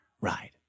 ride